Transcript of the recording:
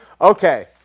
Okay